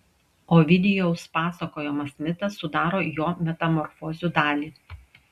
ovidijaus pasakojamas mitas sudaro jo metamorfozių dalį